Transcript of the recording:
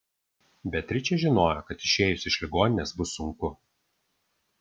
beatričė žinojo kad išėjus iš ligoninės bus sunku